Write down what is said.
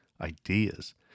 ideas